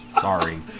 Sorry